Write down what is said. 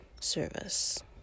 service